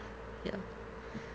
ya